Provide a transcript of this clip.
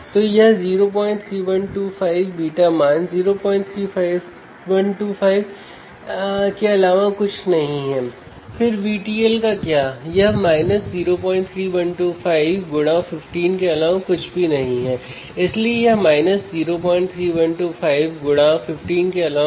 अब differential amplifier पर पहला वोल्टेज लागू करते हैं